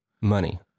Money